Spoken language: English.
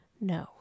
No